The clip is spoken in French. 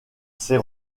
ses